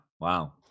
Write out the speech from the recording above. Wow